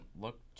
look